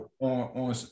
on